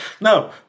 No